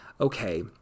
okay